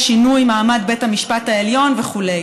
לשינוי מעמד בית המשפט העליון וכו'.